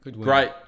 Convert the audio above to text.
Great